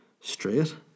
straight